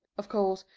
of course,